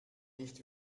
nicht